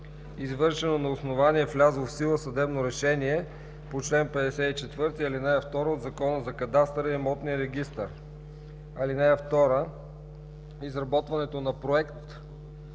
извършено на основание влязло в сила съдебно решение по чл. 54, ал. 2 от Закона за кадастъра и имотния регистър. (2) Изработването на проект